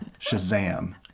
Shazam